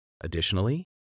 Additionally